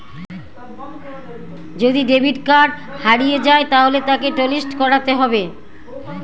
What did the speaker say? যদি debit card হারিয়ে যায় তাহলে তাকে টলিস্ট করাতে হবে